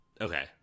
Okay